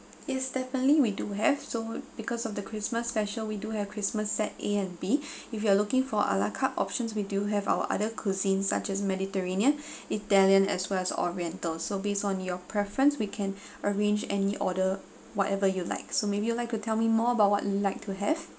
yes definitely we do have so because of the christmas special we do have christmas set A and B if you are looking for ala carte options we do have our other cuisine such as mediterranean italian as well as oriental so based on your preference we can arrange any order whatever you like so maybe you like to tell me more about what you would like to have